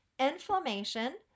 inflammation